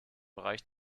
bereich